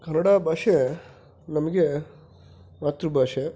ಕನ್ನಡ ಭಾಷೆ ನಮಗೆ ಮಾತೃಭಾಷೆ